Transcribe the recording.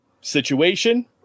situation